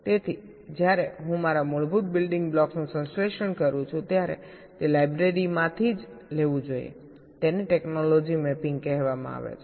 તેથી જ્યારે હું મારા મૂળભૂત બિલ્ડિંગ બ્લોક્સનું સંશ્લેષણ કરું ત્યારે તે લાઈબ્રેરી માંથી જ લેવું જોઈએ તેને ટેક્નોલોજી મેપિંગ કહેવામાં આવે છે